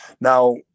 Now